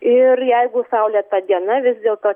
ir jeigu saulėta diena vis dėlto